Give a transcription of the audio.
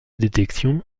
détection